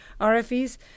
RFEs